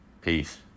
Peace